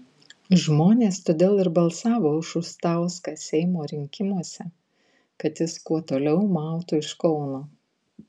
žmonės todėl ir balsavo už šustauską seimo rinkimuose kad jis kuo toliau mautų iš kauno